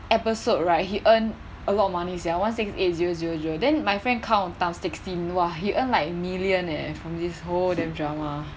episode right he earned a lot of money sia one six eight zero zero zero then my friend count times sixteen !wah! he earn like million eh from this whole damn drama